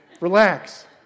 Relax